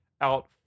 out